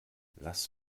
lass